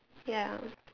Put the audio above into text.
ya